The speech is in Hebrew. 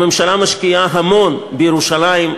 הממשלה משקיעה המון בירושלים,